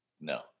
no